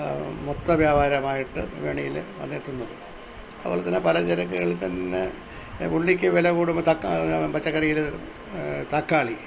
മൊത്തവ്യാപാരമായിട്ട് വിപണിയില് വന്നെത്തുന്നത് അതുപോലെ തന്നെ പലചരക്കുകളിൽ തന്നെ ഉള്ളിക്ക് വില കൂടുമ്പോൾ തക്കാളി പച്ചക്കറിയില് തക്കാളി